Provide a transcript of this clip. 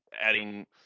adding